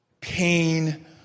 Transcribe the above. pain